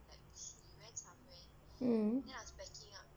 mm